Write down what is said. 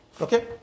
Okay